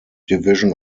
division